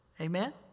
Amen